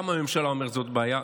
גם הממשלה אומרת שזאת בעיה,